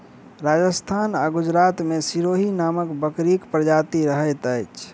राजस्थान आ गुजरात मे सिरोही नामक बकरीक प्रजाति रहैत अछि